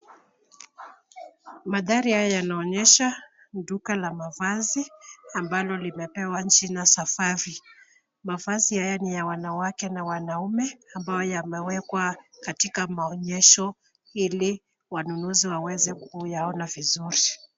Mandhari haya yanaonyesha duka la mavazi ambalo limepewa jina Safari. Mavazi haya ni ya wanawake na wanaume ambayo yamewekwa katika maonyesho ili wanunuzi waweze kuyaona vizuri.